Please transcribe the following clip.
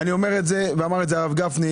אני אומר את זה ואמר את זה הרב גפני.